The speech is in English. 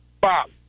Bob